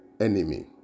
enemy